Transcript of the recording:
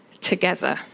together